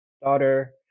daughter